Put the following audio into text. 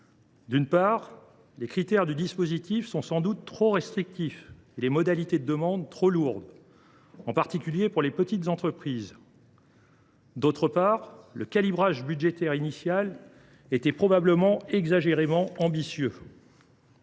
D’une part, les critères du dispositif sont sans doute trop restrictifs et les modalités de demande trop lourdes, en particulier pour les petites entreprises. D’autre part, le calibrage budgétaire initial était probablement exagérément ambitieux.